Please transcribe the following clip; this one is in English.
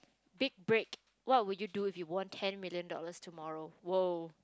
big break what would you do if you won ten million dollars tomorrow !woah!